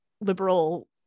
liberal